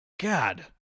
God